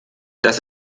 das